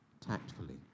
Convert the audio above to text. tactfully